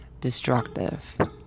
destructive